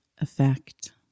Effect